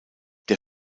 der